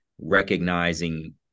recognizing